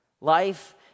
Life